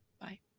Bye